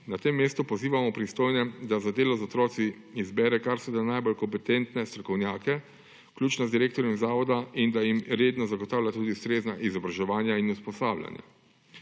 Na tem mestu pozivamo pristojne, da za delo z otroki izberejo karseda najbolj kompetentne strokovnjake, vključno z direktorjem zavoda, in da se jim redno zagotavlja tudi ustrezna izobraževanja in usposabljanja.